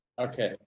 Okay